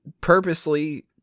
purposely